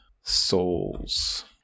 Souls